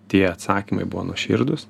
tie atsakymai buvo nuoširdūs